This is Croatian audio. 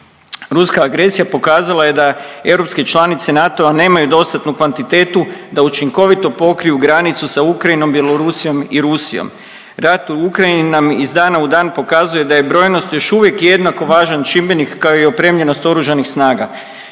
Ruska agresija pokazala je da europske članice NATO-a nemaju dostatnu kvantitetu da učinkovito pokriju granicu sa Ukrajinom, Bjelorusijom i Rusijom. Rat u Ukrajini nam iz dana u dan pokazuje da je brojnost još uvijek jednako važan čimbenik kao i opremljenost oružanih snaga.